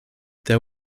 there